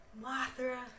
Mothra